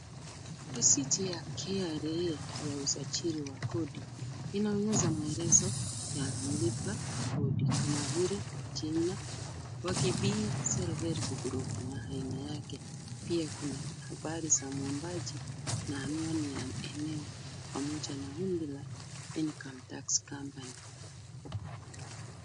Risiti ya KRA ya usajili wa kodi, inaonyesha maelezo ya mlipakodi kama vile; jina, Wakibii Self Help Group na aina yake. Pia kuna habari za muombaji na anwani ya eneo pamoja na ombi la income tax company .